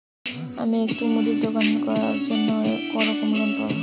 আমি একটি মুদির দোকান করার জন্য কি রকম লোন পাব?